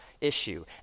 issue